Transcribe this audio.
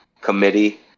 committee